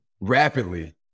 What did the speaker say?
rapidly